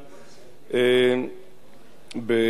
בממשלת ישראל,